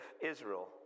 Israel